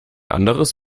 anderes